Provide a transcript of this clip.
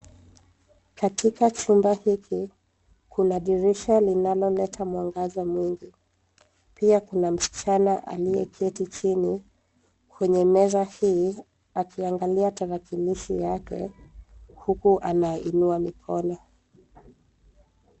Katika chumba hiki, kuna dirisha linaloleta mwangaza mwingi. Pia kuna msichana aliyeketi chini kwenye meza hii akiangalia tarakilishi yake huku anainua mikono.